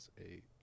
eight